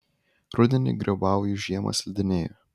rudenį grybauju žiemą slidinėju